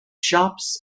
shops